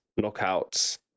knockouts